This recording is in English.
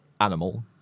animal